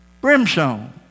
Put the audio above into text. brimstone